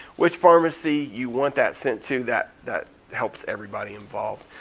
which pharmacy you want that sent to, that that helps everybody involved.